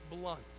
blunt